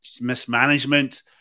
mismanagement